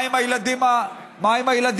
מה עם הילדים החולים?